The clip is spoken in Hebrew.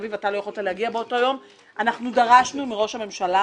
אביב אתה לא יכולת להגיע באותו יום דרשנו מראש הממשלה